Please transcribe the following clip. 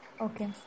okay